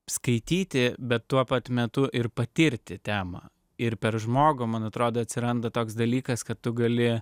skaityti bet tuo pat metu ir patirti temą ir per žmogų man atrodo atsiranda toks dalykas kad tu gali